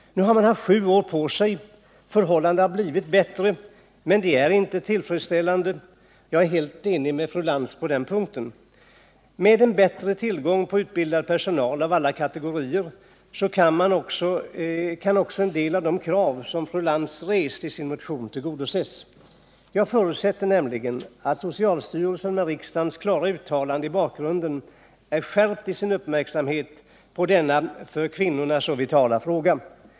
Nu har man haft sju år på sig. Förhållandena har blivit bättre, men de är inte tillfredsställande — jag är helt enig med fru Lantz på den punkten. Med en bättre tillgång till personal av alla kategorier kan också en del av de krav som fru Lantz rest i sin motion tillgodoses. Jag förutsätter nämligen att socialstyrelsen med riksdagens klara uttalande i bakgrunden är skärpt i sin uppmärksamhet när det gäller denna för kvinnorna så vitala fråga.